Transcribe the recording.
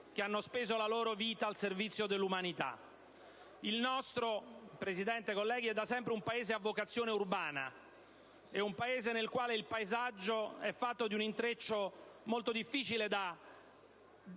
che hanno speso la loro vita al servizio dell'umanità. Il nostro, signor Presidente, colleghi, è da sempre un Paese a vocazione urbana, nel quale il paesaggio è fatto di un intreccio, molto difficile da